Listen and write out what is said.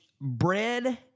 bread